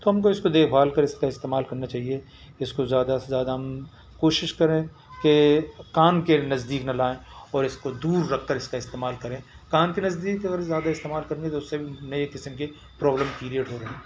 تو ہم کو اس کو دیکھ بھال کر اس کا استعمال کرنا چاہیے اس کو زیادہ سے زیادہ ہم کوشش کریں کہ کان کے نزدیک نہ لائیں اور اس کو دور رکھ کر اس کا استعمال کریں کان کے نزدیک اگر زیادہ استعمال کرنی ہے تو اس سے بھی نئے قسم کے پرابلم کریئٹ ہو رہے ہیں